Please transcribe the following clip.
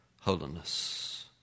holiness